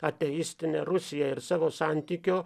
ateistine rusija ir savo santykio